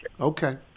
Okay